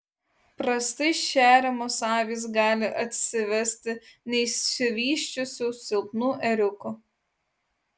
prastai šeriamos avys gali atsivesti neišsivysčiusių silpnų ėriukų